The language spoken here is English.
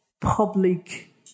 public